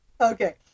okay